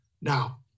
Now